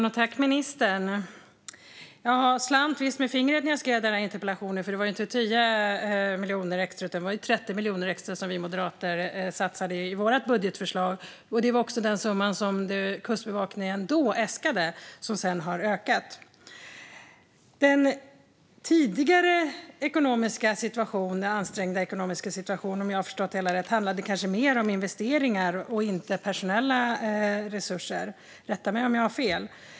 Fru talman och ministern! Jag slant visst med fingret när jag skrev interpellationen. Det var inte 10 miljoner extra utan 30 miljoner extra som vi moderater satsade i vårt budgetförslag. Det var också den summa som Kustbevakningen då äskade och som sedan har ökat. Den tidigare ansträngda ekonomiska situationen handlade, om jag har förstått det hela rätt, kanske mer om investeringar än om personella resurser - rätta mig om jag har fel.